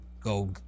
go